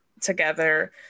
together